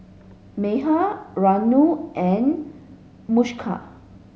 Medha Renu and Mukesh